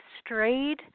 strayed